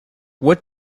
what